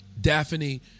Daphne